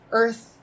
earth